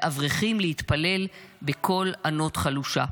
ואברכים להתפלל בקול ענות חלושה.